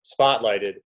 spotlighted